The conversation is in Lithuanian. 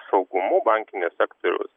saugumu bankinio sektoriaus